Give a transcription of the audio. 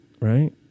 right